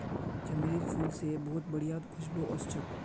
चमेलीर फूल से बहुत बढ़िया खुशबू वशछे